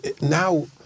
Now